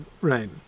right